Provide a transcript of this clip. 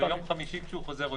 ביום חמישי כשהוא חוזר,